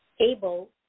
able